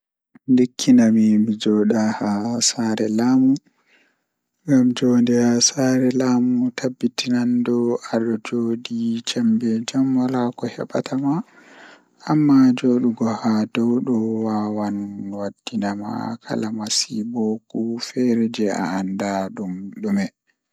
Ndikkina mi So mi waawi ɗonnoogol ko mi njippi kaarsi walla nder gaal kosmos, miɗo ɗonnoo ko gaal kosmos. So mi waɗi wonde nder gaal kosmos, miɗo waawi jeyaa e njogordi nder ngoongal feere heɓɓe ka laamu ɗam. Mi njeyna waɗde ngal ngam mi waɗi ɗum